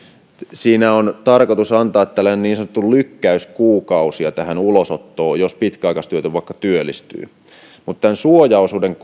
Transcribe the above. siinä on tarkoitus antaa tällaisia niin sanottuja lykkäyskuukausia ulosottoon jos pitkäaikaistyötön vaikka työllistyy tämän suojaosuuden